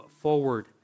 forward